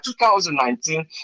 2019